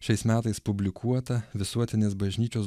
šiais metais publikuotą visuotinės bažnyčios